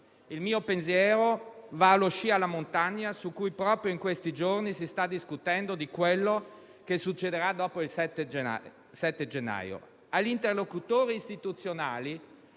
Il mio pensiero va qui allo sci e alla montagna, su cui proprio in questi giorni si sta discutendo di quello che succederà dopo il 7 gennaio. Agli interlocutori istituzionali